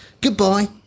Goodbye